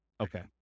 Okay